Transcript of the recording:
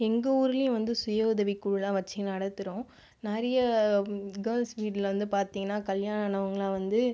எங்கள் ஊர்லேயும் வந்து சுய உதவி குழுலாம் வச்சு நடத்துகிறோம் நிறைய கேர்ள்ஸ் வீட்டில் வந்து பார்த்தீங்கன்னா கல்யாணம் ஆனவங்களாம் வந்து